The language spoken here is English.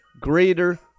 greater